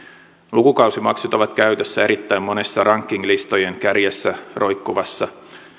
lukukausimaksut ovat käytössä erittäin monessa rankinglistojen kärjessä roikkuvassa